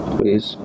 Please